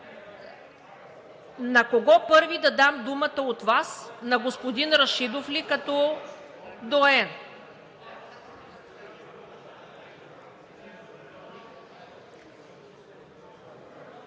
На кого първи да дам думата от Вас? На господин Рашидов ли като доайен?